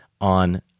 on